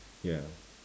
ya